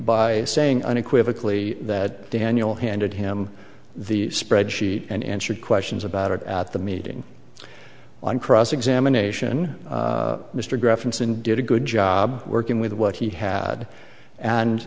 by saying unequivocally that daniel handed him the spreadsheet and answered questions about it at the meeting on cross examination mr graef incident did a good job working with what he had and